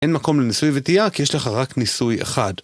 אין מקום לניסוי וטעייה, יש לך רק ניסוי אחד.